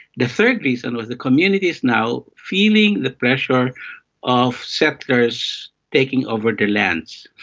the third reason was the communities now, feeling the pressure of settlers taking over their lands.